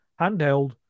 handheld